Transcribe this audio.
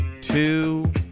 two